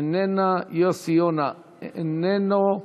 איננה, יוסי יונה, איננו,